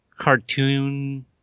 cartoon –